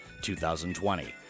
2020